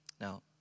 Now